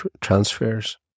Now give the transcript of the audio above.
transfers